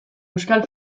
euskal